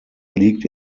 liegt